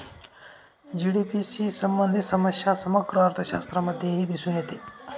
GDP शी संबंधित समस्या समग्र अर्थशास्त्रामध्येही दिसून येते